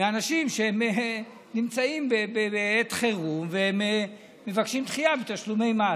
מאנשים שנמצאים בעת חירום והם מבקשים דחייה בתשלומי מס.